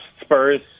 Spurs